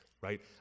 right